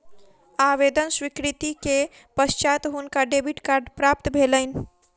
आवेदन स्वीकृति के पश्चात हुनका डेबिट कार्ड प्राप्त भेलैन